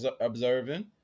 observing